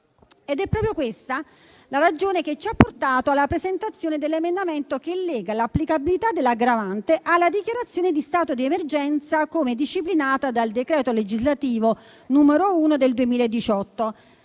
È proprio questa la ragione che ci ha portato a presentare l'emendamento che lega l'applicabilità dell'aggravante alla dichiarazione di stato d'emergenza, come disciplinata dal decreto legislativo n. 1 del 2018.